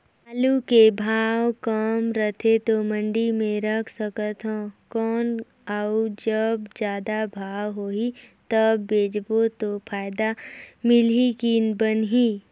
आलू के भाव कम रथे तो मंडी मे रख सकथव कौन अउ जब जादा भाव होही तब बेचबो तो फायदा मिलही की बनही?